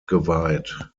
geweiht